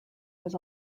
was